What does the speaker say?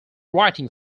writing